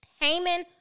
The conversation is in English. Haman